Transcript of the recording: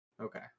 Okay